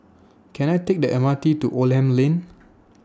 Can I Take The M R T to Oldham Lane